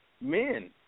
men